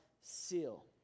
seal